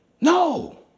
No